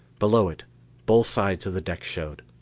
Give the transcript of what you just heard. below it, both sides of the deck showed.